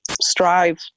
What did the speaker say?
strive